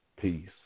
Peace